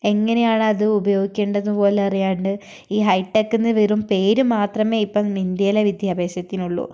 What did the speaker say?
എങ്ങനെയാണ് അത് ഉപയോഗിക്കേണ്ടതെന്ന് പോലും അറിയാണ്ട് ഈ ഹൈടെക് എന്ന് വെറും പേര് മാത്രമേ ഇപ്പോൾ ഇന്ത്യയിലെ വിദ്യാഭ്യാസത്തിനുള്ളൂ